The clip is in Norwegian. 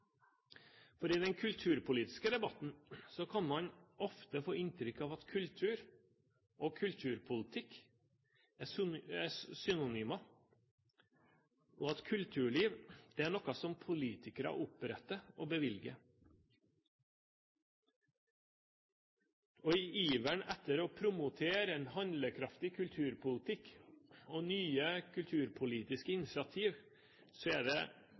For i den kulturpolitiske debatten kan man ofte få inntrykk av at kultur og kulturpolitikk er synonymer, og at kulturliv er noe som politikere oppretter og bevilger. I iveren etter å promotere en handlekraftig kulturpolitikk og nye kulturpolitiske initiativ, er det